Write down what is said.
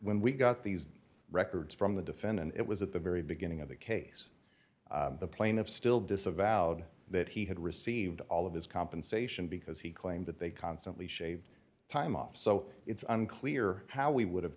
when we got these records from the defendant it was at the very beginning of the case the plaintiff still disavowed that he had received all of his compensation because he claimed that they constantly shaved time off so it's unclear how we would have